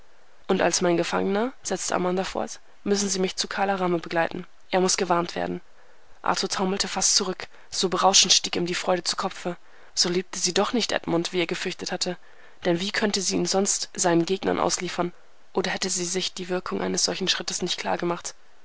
und als mein gefangener setzte amanda fort müssen sie mich zu kala rama begleiten er muß gewarnt werden arthur taumelte fast zurück so berauschend stieg ihm die freude zu kopfe so liebte sie doch nicht edmund wie er gefürchtet hatte denn wie könnte sie ihn sonst seinen gegnern ausliefern oder hätte sie sich die wirkung eines solchen schrittes nicht